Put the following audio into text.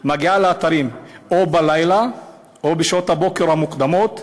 מגיעה לאתרים או בלילה או בשעות הבוקר המוקדמות.